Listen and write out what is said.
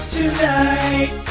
tonight